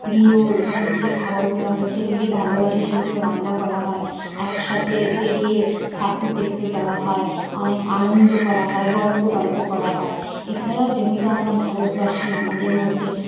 প্রিয় এবং যে খাবারগুলো আমরা খেতে খুব ভালোবাসি সেগুলো রান্না করা হয় একসাথে বেরিয়ে ঠাকুর দেখতে যাওয়া হয় অনেক আনন্দ করা হয় গল্প টল্প করা হয় এছাড়াও যেহেতু আমরা ভারতবাসী আমাদের মধ্যে